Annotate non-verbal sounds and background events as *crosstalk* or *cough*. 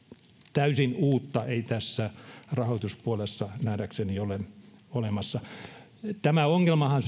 täysin uutta ei tässä rahoituspuolessa nähdäkseni ole olemassa tämä ongelmahan *unintelligible*